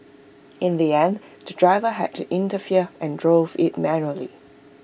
in the end the driver had to intervene and drove IT manually